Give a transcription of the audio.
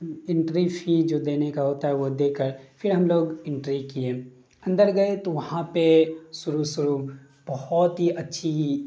entry fee جو دینے کا ہوتا ہے وہ دے کر پھر ہم لوگ انٹری کیے اندر گئے تو وہاں پہ شروع شروع بہت ہی اچھی